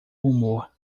humor